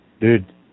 Dude